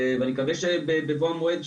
ואני מקווה שבבוא המועד,